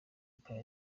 empire